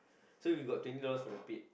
so you got twenty dollars for the pit